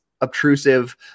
obtrusive